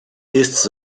estes